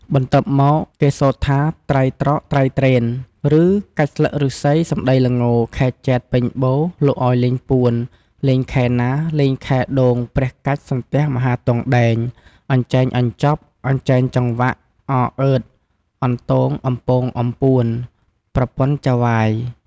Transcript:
បន្ទាប់មកគេ សូត្រថា "ត្រៃត្រក ត្រៃត្រេន" ឬ "កាច់ស្លឹកឬស្សី សំដីល្ង ខែចែត្រ ពេញបូណ៌ លោកឱ្យលេងពួន លេងខែណា លេងខែដូងព្រះកាច់សន្ទះមហាទង់ដែង អញ្ចែងអញ្ចាប់ អញ្ចែងចង្វាក់ អអឺត អន្ទង អំពងអំពួន ប្រពន្ធចៅហ្វាយ។